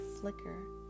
flicker